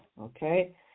Okay